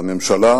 לממשלה,